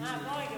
הכנסת